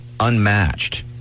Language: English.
Unmatched